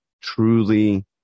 truly